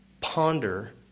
ponder